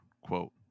quote